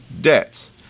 debts